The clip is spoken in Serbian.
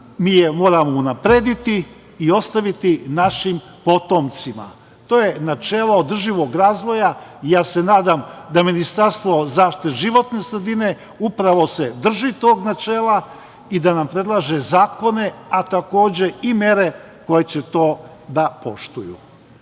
mi je moramo unaprediti i ostaviti našim potomcima. To je načelo održivog razvoja i ja se nadam da Ministarstvo zaštite životne sredine upravo se drži tog načela i da nam predlaže zakone, a takođe, i mere koje će to da